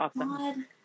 awesome